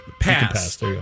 pass